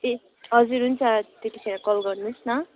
ए हजुर हुन्छ त्यतिखेर कल गर्नुहोस् न